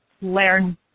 learn